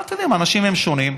אבל אתה יודע, אנשים הם שונים,